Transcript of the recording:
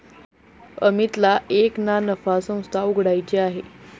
अमितला एक ना नफा संस्था उघड्याची आहे